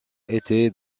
était